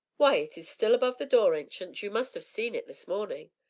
why, it is still above the door, ancient you must have seen it this morning.